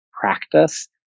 practice